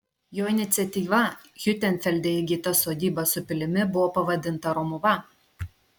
jo iniciatyva hiutenfelde įgyta sodyba su pilimi buvo pavadinta romuva